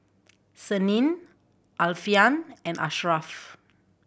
Senin Alfian and Asharaff